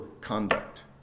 conduct